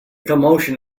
commotion